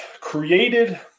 created